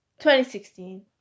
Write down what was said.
2016